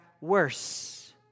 worse